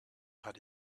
had